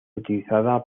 utilizada